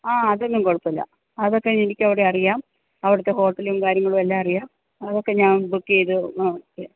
ആ അതൊന്നും കുഴപ്പമില്ല അതൊക്കെ എനിക്ക് അവിടെ അറിയാം അവിടത്തെ ഹോട്ടലും കാര്യങ്ങളുമെല്ലാം അറിയാം അതൊക്കെ ഞാൻ ബുക്ക് ചെയ്തു ആ ഓക്കെ